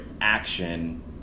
action